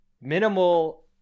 minimal